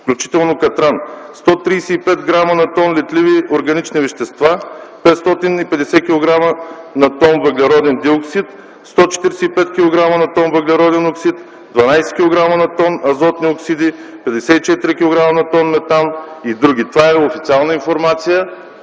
включително катран; 135 грама на тон летливи органични вещества; 550 килограма на тон въглероден диоксид; 145 килограма на тон въглероден оксид; 12 килограма на тон азотни оксиди; 54 килограма на тон метан и др. Това е официална информация.